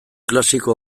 klasiko